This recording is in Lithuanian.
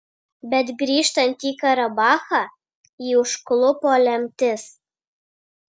bet grįžtant į karabachą jį užklupo lemtis